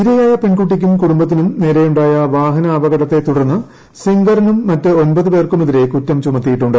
ഇരയായ പെൺകുട്ടിക്കും കുടുംബത്തിനും നേരെയുണ്ടായ വാഹനാപകടത്തെ തുടർന്ന് സെങ്ഗറിനും മറ്റ് ഒമ്പത് പേർക്കുമെതിരെ കുറ്റം ചുമത്തിയിട്ടുണ്ട്